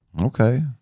Okay